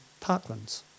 Parklands